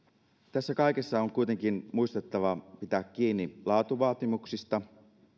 tässä kaikessa on kuitenkin muistettava pitää kiinni laatuvaatimuksista